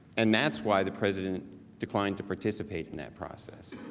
and that's why the president declined to participate in that process.